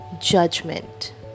judgment